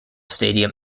stadium